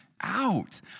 out